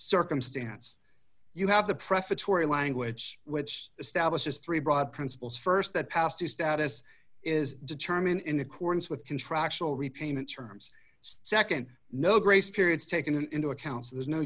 circumstance you have the prefatory language which establishes three broad principles st that pass through status is determined in accordance with contractual repayment terms nd no grace periods taken into account so there's no